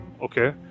Okay